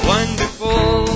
Wonderful